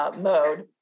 mode